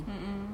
mm mm